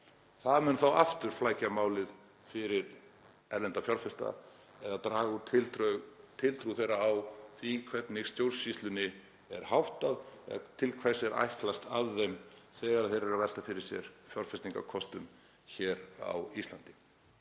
Það mun flækja málið fyrir erlenda fjárfesta eða draga úr tiltrú þeirra á því hvernig stjórnsýslunni er háttað og til hvers er ætlast af þeim þegar þeir eru að velta fyrir sér fjárfestingarkostum hér á Íslandi.